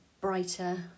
brighter